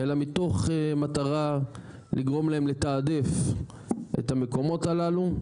אלא מתוך מטרה לגרום להם לתעדף את המקומות הללו,